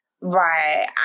Right